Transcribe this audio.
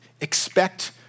expect